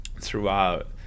throughout